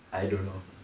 I don't know